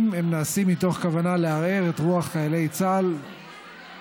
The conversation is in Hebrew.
אם הם נעשים מתוך כוונה לערער את רוח חיילי צה"ל ואת